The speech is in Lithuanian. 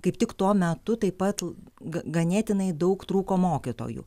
kaip tik tuo metu taip pat ganėtinai daug trūko mokytojų